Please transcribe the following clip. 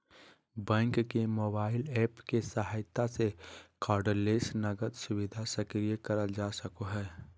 bank के mobile app के सहायता से कार्डलेस नकद सुविधा सक्रिय करल जा सको हय